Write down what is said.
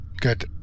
Good